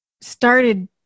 started